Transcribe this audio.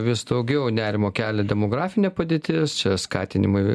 vis daugiau nerimo kelia demografinė padėtis čia skatinimai